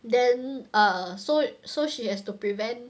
then err so so she has to prevent